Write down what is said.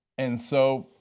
and so,